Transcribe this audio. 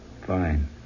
Fine